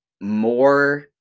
more